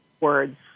words